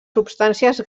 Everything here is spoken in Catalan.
substàncies